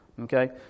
Okay